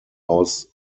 aus